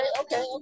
okay